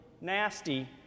nasty